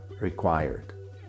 required